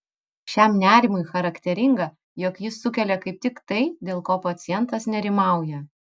šiam nerimui charakteringa jog jis sukelia kaip tik tai dėl ko pacientas nerimauja